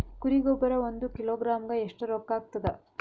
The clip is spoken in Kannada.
ಕುರಿ ಗೊಬ್ಬರ ಒಂದು ಕಿಲೋಗ್ರಾಂ ಗ ಎಷ್ಟ ರೂಕ್ಕಾಗ್ತದ?